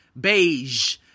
beige